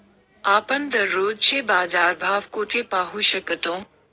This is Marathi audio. आपण दररोजचे बाजारभाव कोठे पाहू शकतो?